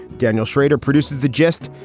daniel schrader produces the gist.